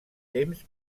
temps